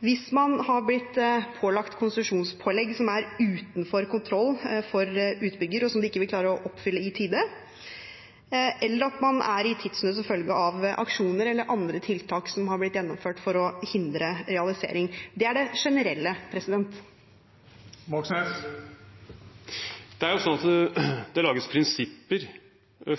hvis man har blitt pålagt konsesjonspålegg som er utenfor utbyggers kontroll, og som de ikke vil klare å oppfylle i tide, eller at man er i tidsnød som følge av aksjoner eller andre tiltak som er blitt gjennomført for å hindre realisering. Det er det generelle. Det er jo slik at det lages prinsipper